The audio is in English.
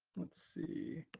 let's see.